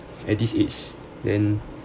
at this age then